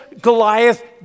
Goliath